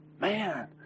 Man